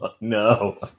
No